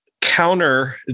counter